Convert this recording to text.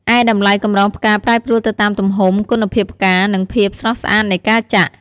ឯតម្លៃកម្រងផ្កាប្រែប្រួលទៅតាមទំហំ គុណភាពផ្កា និងភាព ស្រស់ស្អាតនៃការចាក់។